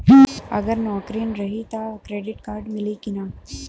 अगर नौकरीन रही त क्रेडिट कार्ड मिली कि ना?